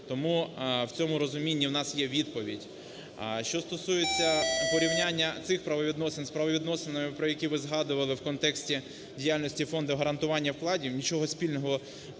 Тому в цьому розумінні у нас є відповідь. А що стосується порівняння цих правовідносин з правовідносинами, про які ви згадували в контексті діяльності Фонду гарантування вкладів, нічого спільного в даному